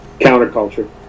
counterculture